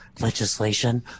legislation